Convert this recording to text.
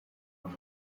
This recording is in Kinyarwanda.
cumi